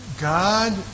God